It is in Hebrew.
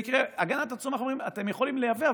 הגנת הצומח אומרים: אתם יכולים לייבא,